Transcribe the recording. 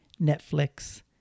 Netflix